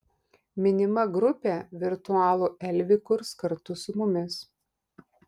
minima grupė virtualų elvį kurs kartu su mumis